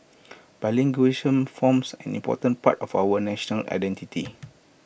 bilingual forms an important part of our national identity